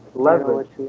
leverage